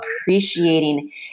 appreciating